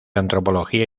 antropología